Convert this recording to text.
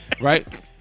right